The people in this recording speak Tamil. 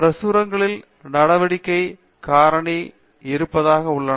பேராசிரியர் அரிந்தமா சிங் பிரசுரங்களில் நடவடிக்கை காரணி இருப்பதாக உள்ளன